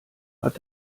hat